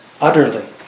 Utterly